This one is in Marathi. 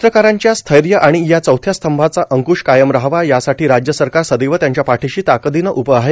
पत्रकारांच्या स्थैर्य आणि या चौथ्या स्तंभाचा अंकृश कायम रहावा यासाठी राज्य सरकार सदैव त्यांच्या पाठीशी ताकदीनं उभं आहे